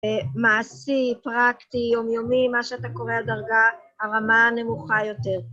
מעשי, פרקטי, יומיומי, מה שאתה קורא, הדרגה הרמה הנמוכה יותר.